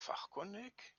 fachkundig